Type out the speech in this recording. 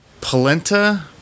Polenta